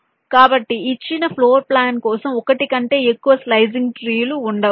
కాబట్టి ఇచ్చిన floor plan కోసం ఒకటి కంటే ఎక్కువ స్లైసింగ్ ట్రీ లు ఉండవచ్చు